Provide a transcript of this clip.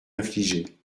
infliger